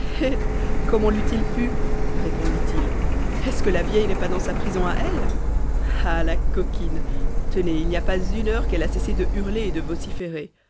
comment l'eût-il pu répondit-il est-ce que la vieille n'est pas dans sa prison à elle ah la coquine tenez il n'y a pas une heure qu'elle a cessé de hurler et de vociférer